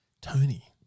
Tony